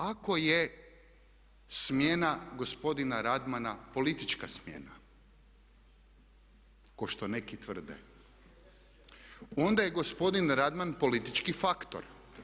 Ako je smjena gospodina Radmana politička smjena kao što neki tvrde onda je gospodin Radman politički faktor.